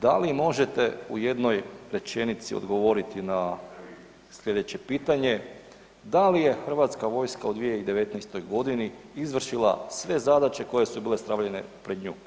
Da li možete u jednoj rečenici odgovoriti na sljedeće pitanje, da li je Hrvatska vojska u 2019.-oj godini izvršila sve zadaće koje su joj bile stavljene pred nju?